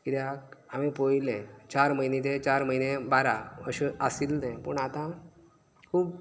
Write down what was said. कित्याक आमी पयले चार म्हयने ते चार म्हयने बारा अशें आशिल्ले पूण आता खूब